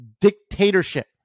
dictatorship